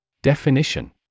Definition